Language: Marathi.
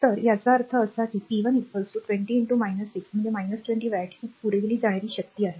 तर याचा अर्थ असा की p1 20 6 म्हणजे 120 वॅट ही पुरविली जाणारी शक्ती आहे